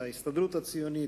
ההסתדרות הציונית,